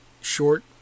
short